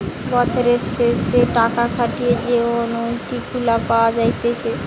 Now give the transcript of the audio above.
বছরের শেষে টাকা খাটিয়ে যে অনুইটি গুলা পাওয়া যাইতেছে